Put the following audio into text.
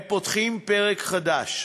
הם פותחים פרק חדש,